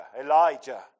Elijah